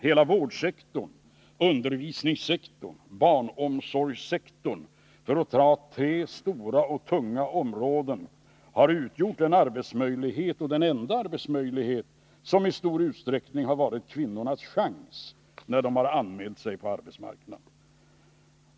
Hela vårdsektorn, undervisningssektorn och barnomsorgssektorn — för att ta tre stora och tunga områden — har utgjort en arbetsmöjlighet som i stor utsträckning varit kvinnornas chans när de anmält sig på arbetsmarknaden.